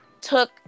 took